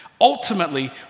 Ultimately